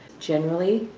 generally,